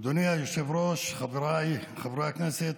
אדוני היושב-ראש, חבריי חברי הכנסת,